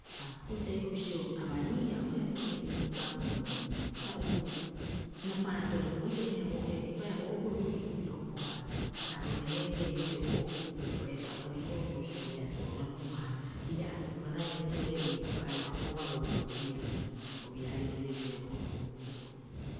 A kukupita hioko'i bisio abariia oiraarei oo'ore ii pu'abuu'oo sa uu rapaatorapiurie haia boo'ore, eipaareha bo okuu haia ii pii piro hokobaa sa oirarerie bisio bo okuu piro baiia sa o koerioboo oo'ore bo soobeasoorapiu ha riira atukaraeu hioko'i eipa'oo a hokobaa bo puuriaro oiraarei oo'ore riira bo hukubuu'oro.